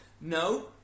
No